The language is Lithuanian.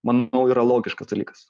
manau yra logiškas dalykas